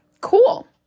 Cool